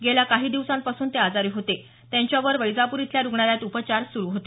गेल्या काही दिवसांपासून ते आजारी होते त्यांच्यावर वैजापूर इथल्या रुग्णालयात उपचार सुरू होते